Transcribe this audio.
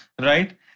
right